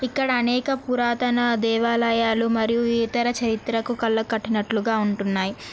ఇక్కడ అనేక పురాతన దేవాలయాలు మరియు ఇతర చరిత్రకు కళ్ళకు కట్టినట్లుగా ఉన్నాయి